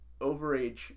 overage